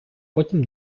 потім